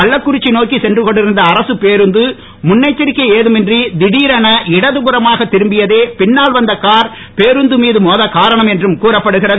கள்ளக்குறிச்சி ரோட்டில் சென்று கொண்டிருந்த அரசுப் பேருந்து முன் எச்சரிக்கை ஏதும் இன்றி திடிரென இடதுபுறமாக திரும்பியதே பின்னால் வந்த கார் பேருந்து மீது மோதக் காரணம் என்றும் கூறப்படுகிறது